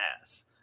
ass